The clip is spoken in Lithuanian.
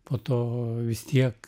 po to vis tiek